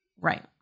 Right